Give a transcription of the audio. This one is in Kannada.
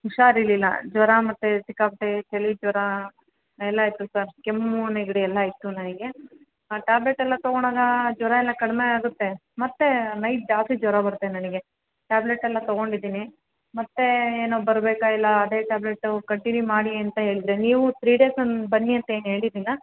ಹುಷಾರಿರಲಿಲ್ಲ ಜ್ವರ ಮತ್ತು ಸಿಕ್ಕಾಪಟ್ಟೆ ಚಳಿ ಜ್ವರ ಎಲ್ಲ ಇತ್ತು ಸರ್ ಕೆಮ್ಮು ನೆಗಡಿ ಎಲ್ಲ ಇತ್ತು ನನಗೆ ಟ್ಯಾಬ್ಲೆಟ್ ಎಲ್ಲ ತಗೊಂಡಾಗ ಜ್ವರ ಎಲ್ಲ ಕಡಿಮೆ ಆಗುತ್ತೆ ಮತ್ತೆ ನೈಟ್ ಜಾಸ್ತಿ ಜ್ವರ ಬರುತ್ತೆ ನನಗೆ ಟ್ಯಾಬ್ಲೆಟ್ ಎಲ್ಲ ತಗೊಂಡಿದ್ದೀನಿ ಮತ್ತೆ ಏನೂ ಬರ್ಬೇಕಾಗಿಲ್ಲ ಅದೇ ಟ್ಯಾಬ್ಲೆಟು ಕಂಟಿನ್ಯೂ ಮಾಡಿ ಅಂತ ಹೇಳಿದರೆ ನೀವು ತ್ರಿ ಡೇಸ್ ಅನ್ ಬನ್ನಿ ಅಂತ ಏನು ಹೇಳಿರಲಿಲ್ಲ